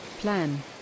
Plan